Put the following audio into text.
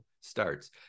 starts